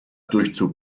durchzug